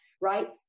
right